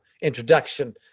introduction